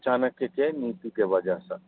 चाणक्यके नीतिके वजहसँ